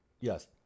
Yes